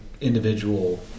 individual